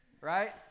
Right